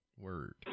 word